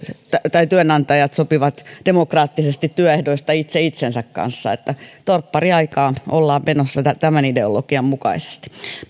työnantajat sopivat demokraattisesti työehdoista itse itsensä kanssa niin että torppariaikaan ollaan menossa tämän tämän ideologian mukaisesti